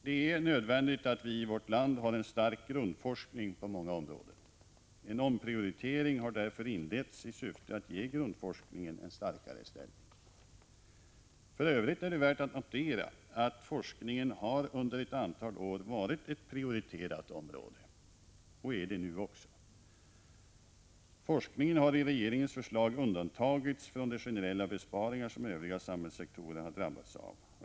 Det är nödvändigt att vi i vårt land har en stark grundforskning på många områden. En omprioritering har därför inletts i syfte att ge grundforskningen en starkare ställning. För övrigt är det värt att notera att forskningen under ett antal år har varit ett prioriterat område och är det också nu. Forskningen har i regeringens förslag undantagits från de generella besparingar som övriga samhällssektorer har drabbats av.